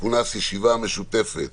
תכונס ישיבה משותפת